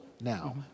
now